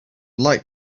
like